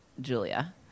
Julia